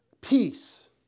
Peace